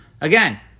Again